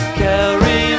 carry